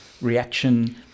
reaction